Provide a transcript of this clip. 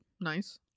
Nice